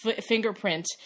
fingerprint